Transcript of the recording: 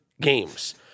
games